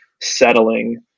settling